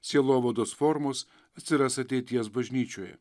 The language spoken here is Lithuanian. sielovados formos atsiras ateities bažnyčioje